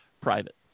private